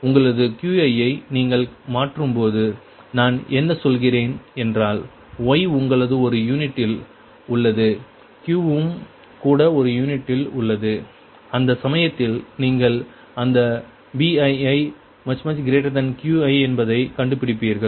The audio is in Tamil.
உங்களது Qi ஐ நீங்கள் மாற்றும்போது நான் என்ன சொல்கிறேன் என்றால் Y உங்களது ஒரு யூனிட்டில் உள்ளது Q வும் கூட ஒரு யூனிட்டில் உள்ளது அந்த சமயத்தில் நீங்கள் அந்த BiiQi என்பதை கண்டுபிடிப்பீர்கள்